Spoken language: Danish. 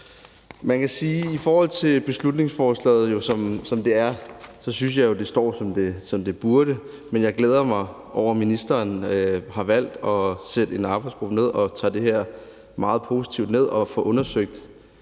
at jeg synes, at det i forhold til beslutningsforslaget, som det er, står, som det burde, men at jeg også glæder mig over, at ministeren har valgt at nedsætte en arbejdsgruppe, og at man tager det her meget positivt ned, og at